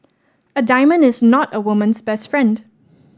a diamond is not a woman's best friend